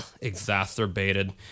exacerbated